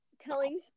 telling